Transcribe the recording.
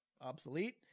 obsolete